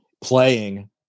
playing